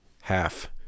Half